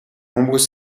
nombreux